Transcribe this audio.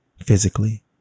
physically